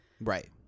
right